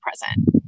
present